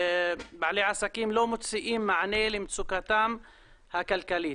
בעלי עסקים לא מוצאים מענה למצוקתם הכלכלית,